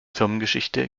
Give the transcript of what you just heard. firmengeschichte